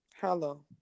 Hello